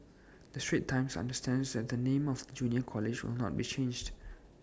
the straits times understands that the name of the junior college will not be changed